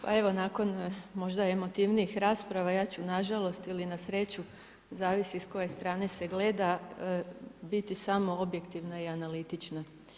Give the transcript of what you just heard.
Pa evo, nakon možda emotivnijih rasprava, ja ću nažalost ili na sreću zavisi s koje strane se gleda, biti samo objektivna i analitična.